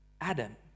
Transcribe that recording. Adam